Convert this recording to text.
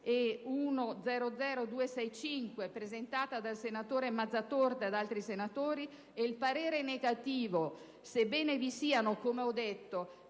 e n. 265, presentata dal senatore Mazzatorta e da altri senatori, ed il parere contrario (sebbene vi siano, come ho detto,